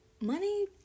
Money